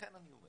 לכן אני אומר